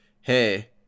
hey